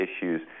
issues